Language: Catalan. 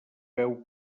veu